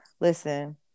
listen